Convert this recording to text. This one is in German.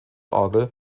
orgel